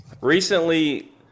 recently